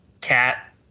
cat